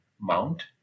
mount